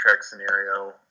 scenario